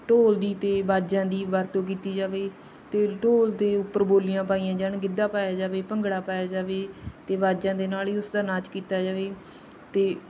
ਢੋਲ ਦੀ ਅਤੇ ਬਾਜਿਆਂ ਦੀ ਵਰਤੋਂ ਕੀਤੀ ਜਾਵੇ ਅਤੇ ਢੋਲ ਦੇ ਉੱਪਰ ਬੋਲੀਆਂ ਪਾਈਆਂ ਜਾਣ ਗਿੱਧਾ ਪਾਇਆ ਜਾਵੇ ਭੰਗੜਾ ਪਾਇਆ ਜਾਵੇ ਅਤੇ ਬਾਜਿਆਂ ਦੇ ਨਾਲ ਹੀ ਉਸਦਾ ਨਾਚ ਕੀਤਾ ਜਾਵੇ ਅਤੇ